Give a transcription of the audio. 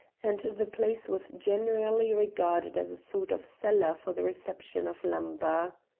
and the place was generally regarded as a sort of cellar for the reception of lumber.